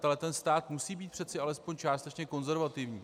Ale stát musí být přece alespoň částečně konzervativní.